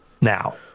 now